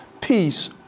peace